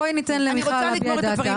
בואי ניתן למיכל להביע את דעתה.